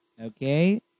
Okay